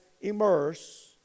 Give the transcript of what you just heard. immerse